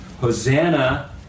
Hosanna